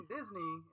Disney